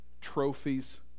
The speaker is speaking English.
trophies